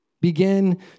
Begin